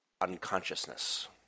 unconsciousness